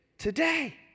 Today